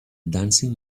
dancing